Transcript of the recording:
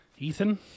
Ethan